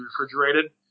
refrigerated